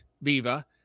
viva